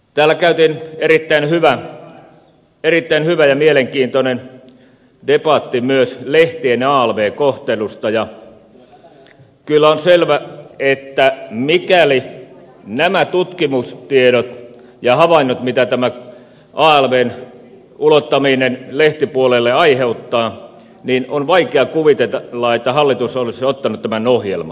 täällä käytiin erittäin hyvä ja mielenkiintoinen debatti myös lehtien alv kohtelusta ja kyllä on selvä että mikäli nämä tutkimustiedot ja havainnot mitä tämä alvn ulottaminen lehtipuolelle aiheuttaa pitävät paikkansa niin on vaikea kuvitella että hallitus olisi ottanut tämän ohjelmaan